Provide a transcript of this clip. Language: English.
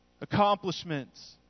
accomplishments